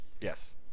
yes